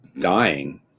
dying